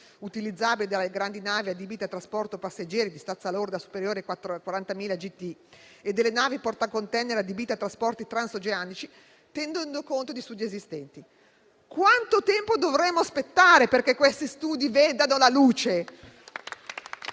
utilizzabili dalle grandi navi adibite a trasporto passeggeri di stazza lorda superiore a 40.000 GT e dalle navi portacontainer adibite a trasporti transoceanici, tenendo conto di studi esistenti. Quanto tempo dovremo aspettare, perché questi studi vedano la luce?